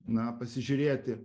na pasižiūrėti